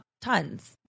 tons